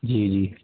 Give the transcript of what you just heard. جی جی